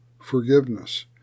forgiveness